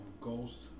Ghost